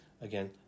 Again